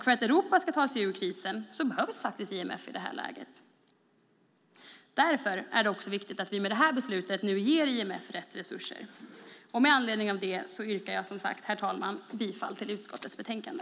För att Europa ska ta sig ur krisen behövs faktiskt IMF i det här läget. Därför är det också viktigt att vi med det här beslutet nu ger IMF rätt resurser. Herr talman! Med anledning av det yrkar jag som sagt bifall till förslaget i utskottets betänkande.